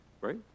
Right